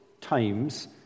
times